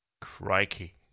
Crikey